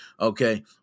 okay